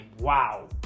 wow